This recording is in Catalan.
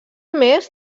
més